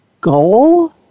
goal